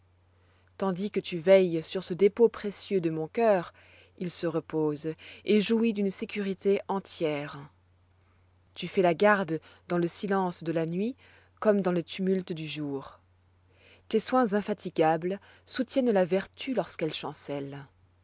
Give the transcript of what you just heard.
tandis que tu veilles sur ce dépôt précieux de mon cœur il se repose et jouit d'une sécurité entière tu fais la garde dans le silence de la nuit comme dans le tumulte du jour tes soins infatigables soutiennent la vertu lorsqu'elle chancelle